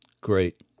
Great